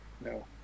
no